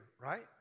right